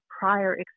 prior